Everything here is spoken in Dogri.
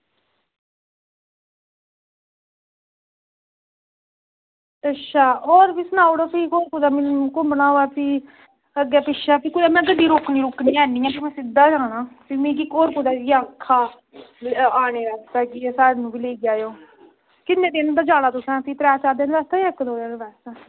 अच्छा होर बी सनाई ओड़ो कुदै घुम्मना होऐ भी अग्गें पिच्छें भी में गड्डी रोकनी ऐ नी ऐ भी ते भी मिगी होरक कुदै बी आक्खा आने आस्तै की स्हानू बी लेई जायो किन्ने दिन बास्तै जाना तुसें इक्क दौ दिन बास्तै जां चार पंज दिन बास्तै